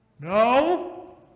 No